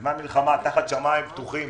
שבזמן מלחמה תחת שמיים פתוחים,